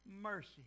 mercy